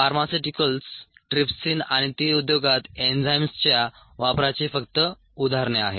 pharmaceuticals trypsin आणि ती उद्योगात एन्झाईम्सच्या वापराची फक्त उदाहरणे आहेत